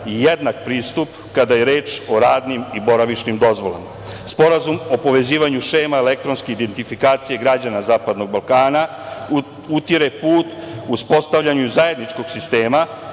jednak pristup kada je reč o radnim i boravišnim dozvolama. Sporazum o povezivanju šema elektronske identifikacije građana zapadnog Balkana utire put uspostavljanju zajedničkog sistema